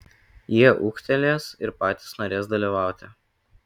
jie ūgtelės ir patys norės dalyvauti